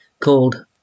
called